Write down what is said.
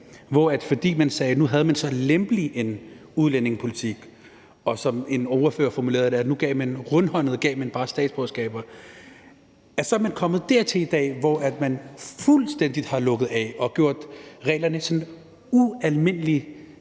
siger, at fordi man havde så lempelig en udlændingepolitik, at man – som en ordfører formulerede det – rundhåndet bare gav statsborgerskaber, er vi måske nået dertil i dag, hvor man fuldstændig har lukket af og gjort reglerne så ualmindelig